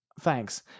thanks